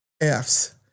F's